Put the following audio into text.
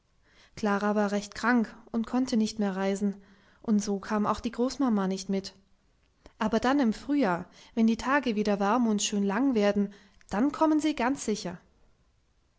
klara war recht krank und konnte nicht mehr reisen und so kam auch die großmama nicht mit aber dann im frühjahr wenn die tage wieder warm und schön lang werden dann kommen sie ganz sicher